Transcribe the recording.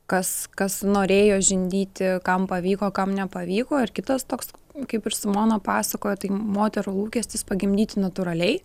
kas kas norėjo žindyti kam pavyko kam nepavyko ir kitas toks kaip ir simona pasakojo tai moterų lūkestis pagimdyti natūraliai